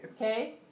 okay